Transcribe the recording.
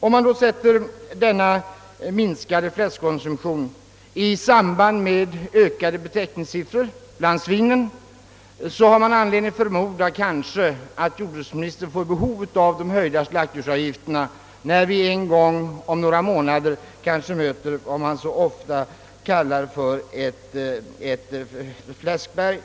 Om man ser denna minskade fläskkonsumtion tillsammans med de ökade betäckningssiffrorna för svin har man anledning förmoda, att jordbruksministern kanske kommer att få behov av de höjda slaktdjursavgifterna genom att det om några månader uppstår ett »fläskberg».